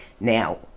Now